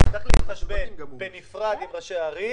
צריך להתחשבן בנפרד עם ראשי ערים